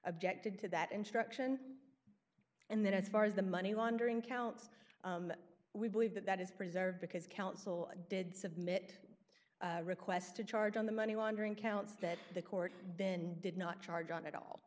objected to that instruction and then as far as the money laundering counts we believe that that is preserved because counsel did submit requests to charge on the money laundering counts that the court then did not charge on at all